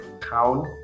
town